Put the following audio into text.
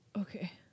Okay